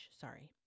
Sorry